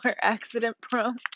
accident-prone